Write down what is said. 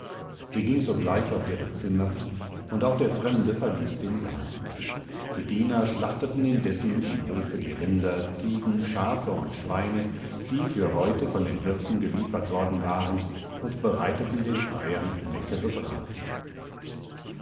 sie ging sogleich auf ihre zimmer und auch der fremde verließ den saal die diener schlachteten indessen im hofe die rinder ziegen schafe und schweine die für heute von den hirten geliefert worden waren und bereiteten den freiern leckere braten